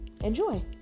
Enjoy